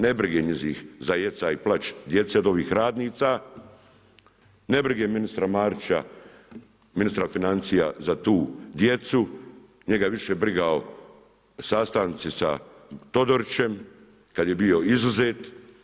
Ne brige ih za jecaj i plač djece od ovih radnica, nebriga ministra Marića, ministra financija za tu djecu, njega više briga o sastancima sa Todorićem, kada je bio izuzet.